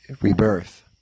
rebirth